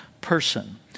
person